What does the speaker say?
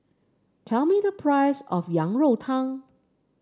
tell me the price of Yang Rou Tang